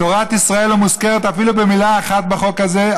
תורת ישראל לא מוזכרת אפילו במילה אחת בחוק הזה,